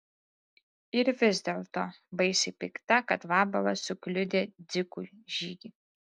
ir vis dėlto baisiai pikta kad vabalas sukliudė dzikui žygį